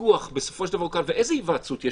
הפיקוח בסופו של דבר הוא כאן, ואיזה היוועצות יש?